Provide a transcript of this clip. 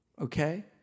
Okay